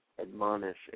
admonish